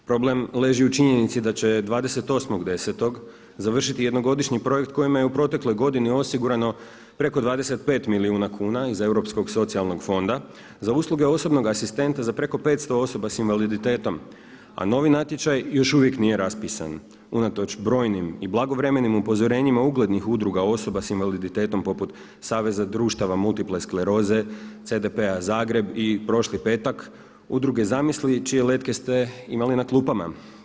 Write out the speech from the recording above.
Problem leži u činjenici da će 28.10. završiti jednogodišnji projekt kojim je u protekloj godini osigurano preko 25 milijuna kuna iz europskog socijalnog fonda za usluge osobnog asistenta za preko 500 osoba s invaliditetom, a novi natječaj još uvijek nije raspisan unatoč brojnim i blagovremenim upozorenjima uglednih udruga osoba s invaliditetom poput Saveza društava multipleskleroze, CDP-a Zagreb i prošli petak Udruge „Zamisli“ čije letke ste imali na klupama.